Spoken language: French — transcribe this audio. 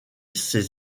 ses